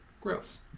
gross